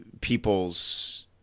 people's